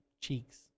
cheeks